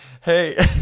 Hey